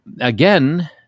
Again